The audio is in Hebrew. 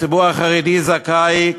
הציבור החרדי זכאי,